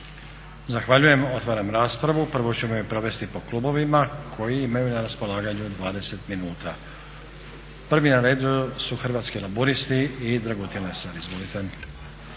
Zahvaljujem. Otvaram raspravu. Prvo ćemo je provesti po klubovima koji imaju na raspolaganju 20 minuta. Prvi na redu su Hrvatski laburisti i Dragutin Lesar, izvolite.